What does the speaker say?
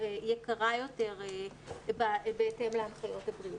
יקרה יותר בהתאם להנחיות הבריאות.